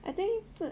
I think 是